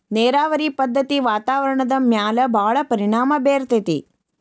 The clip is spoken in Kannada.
ನೇರಾವರಿ ಪದ್ದತಿ ವಾತಾವರಣದ ಮ್ಯಾಲ ಭಾಳ ಪರಿಣಾಮಾ ಬೇರತತಿ